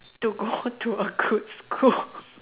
to go to a good school